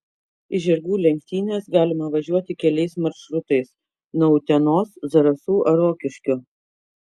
į žirgų lenktynes galima važiuoti keliais maršrutais nuo utenos zarasų ar rokiškio